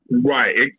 Right